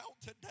today